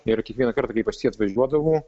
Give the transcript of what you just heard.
ir kiekvieną kartą kai pas jį atvažiuodavau